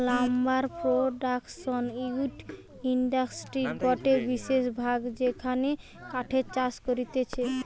lumber production wood ইন্ডাস্ট্রির গটে বিশেষ ভাগ যেখানে কাঠের চাষ হতিছে